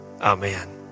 Amen